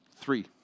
three